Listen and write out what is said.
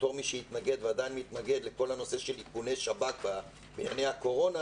בתור מי שהתנגד ועדיין מתנגד לכל הנושא של איכוני שב"כ בענייני הקורונה,